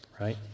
right